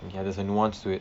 okay ya there's a nuance to it